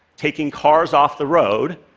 taking cars off the road.